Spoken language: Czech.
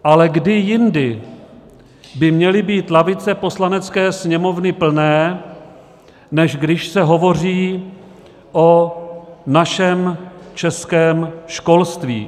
Ale kdy jindy by měly být lavice Poslanecké sněmovny plné, než když se hovoří o našem českém školství?